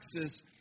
Texas